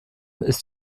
ist